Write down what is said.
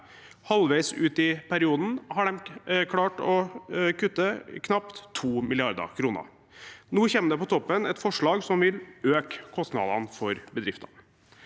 Halvveis ut i perioden har de klart å kutte knapt 2 mrd. kr. Nå kommer det på toppen et forslag som vil øke kostnadene for bedriftene.